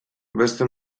beste